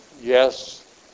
yes